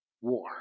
war